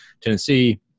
Tennessee